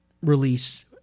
release